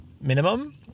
minimum